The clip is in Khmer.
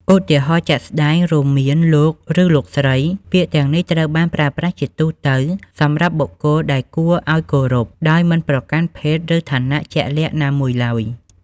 ឧទាហរណ៍ជាក់ស្តែងរួមមាន លោក ឬ លោកស្រី ពាក្យទាំងនេះត្រូវបានប្រើប្រាស់ជាទូទៅសម្រាប់បុគ្គលដែលគួរឱ្យគោរព ដោយមិនប្រកាន់ភេទ ឬឋានៈជាក់លាក់ណាមួយឡើយ។